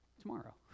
tomorrow